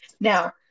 now